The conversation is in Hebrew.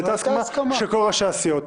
זו הייתה הסכמה של כל ראשי הסיעות.